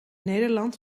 nederland